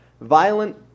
violent